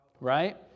right